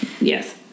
Yes